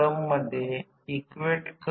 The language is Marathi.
कारण आकृतीमधून N1 हे N2 पेक्षा मोठे आहे